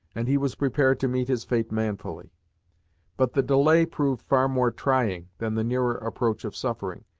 and he was prepared to meet his fate manfully but, the delay proved far more trying than the nearer approach of suffering,